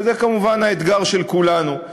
וזה כמובן האתגר של כולנו.